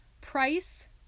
price